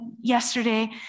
yesterday